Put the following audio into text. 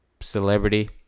celebrity